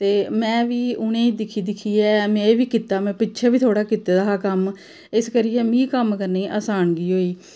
ते मैं बी उ'नें गी दिक्खी दिक्खियै ते मैं बी कीता में पिच्छै बी थोह्ड़ा कीता दा हा कम्म इस करियै मि कम्म करने गी असानी होई